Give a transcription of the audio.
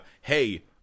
hey